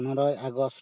ᱯᱚᱱᱚᱨᱟᱭ August